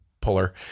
puller